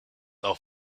auf